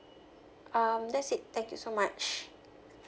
um that's it thank you so much